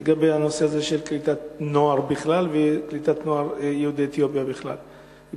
לגבי הנושא של קליטת נוער בכלל וקליטת נוער יהודי אתיופיה בפרט.